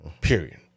Period